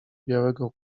białego